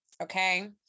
Okay